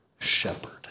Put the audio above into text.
shepherd